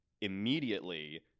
immediately